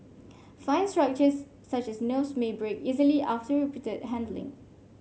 fine structures such as nerves may break easily after repeated handling